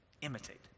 Imitate